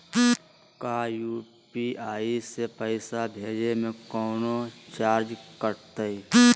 का यू.पी.आई से पैसा भेजे में कौनो चार्ज कटतई?